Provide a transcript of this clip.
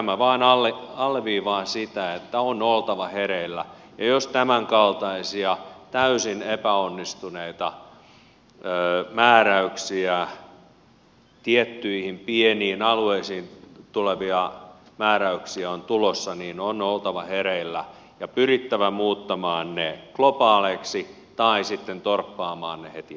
eli tämä vain alleviivaa sitä että on oltava hereillä ja jos tämänkaltaisia täysin epäonnistuneita määräyksiä tiettyihin pieniin alueisiin tulevia määräyksiä on tulossa niin on oltava hereillä ja pyrittävä muuttamaan ne globaaleiksi tai sitten torppaamaan ne heti alkutekijöihinsä